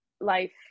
life